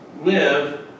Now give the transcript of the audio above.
live